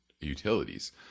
utilities